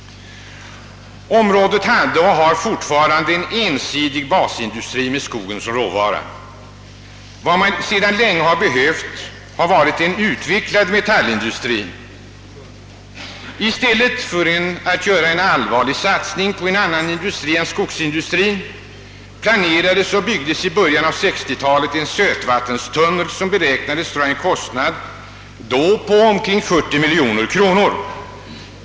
Området hade och har fortfarande en ensidig basindustri med skogen som råvara. Vad man sedan länge behövt ha är en utvecklad metallindustri, men i stället för att göra en allvarlig satsning på en annan industri än skogsindustrin planerades och byggdes i början på 1960-talet en sötvattenstunnel som då beräknades dra en kostnad på omkring 40 miljoner kronor.